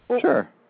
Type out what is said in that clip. Sure